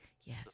Yes